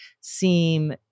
seem